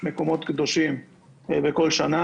מקומות קדושים בכל שנה,